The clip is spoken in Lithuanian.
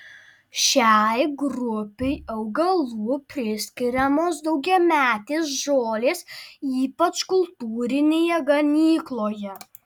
šiai grupei augalų priskiriamos daugiametės žolės ypač kultūrinėje ganykloje